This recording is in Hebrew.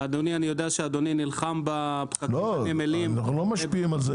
ואני יודע שאדוני נלחם בפקקים בנמלים -- אנחנו לא משפיעים על זה.